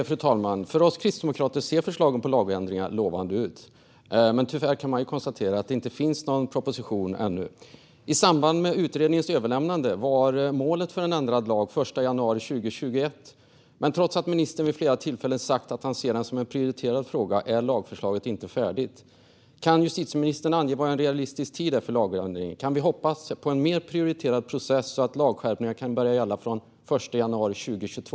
Fru talman! För oss kristdemokrater ser förslagen till lagändringar lovande ut. Men tyvärr kan man konstatera att det ännu inte finns någon proposition. I samband med utredningens överlämnande var målet en ändrad lag den 1 januari 2021. Men trots att ministern vid flera tillfällen sagt att han ser detta som en prioriterad fråga är lagförslaget inte färdigt. Kan justitieministern ange vad en realistisk tidpunkt för lagändringen är? Kan vi hoppas på en mer prioriterad process så att lagskärpningar kan börja gälla från den 1 januari 2022?